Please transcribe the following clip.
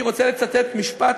הייתי רוצה לצטט משפט,